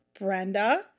Brenda